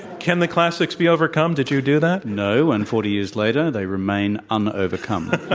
can the classics be overcome? did you do that? no, and forty years later they remain un-overcome.